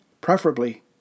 preferably